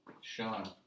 Sean